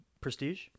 Prestige